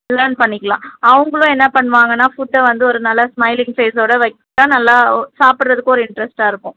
learn பண்ணிக்கலாம் அவங்களும் என்ன பண்ணுவாங்கன்னால் ஃபுட்டை வந்து ஒரு நல்ல ஸ்மைலிங் ஃபேஸ்ஸோடய வைச்சா நல்லா சாப்பிட்றதுக்கு ஒரு இன்ட்ரெஸ்ட்டாக இருக்கும்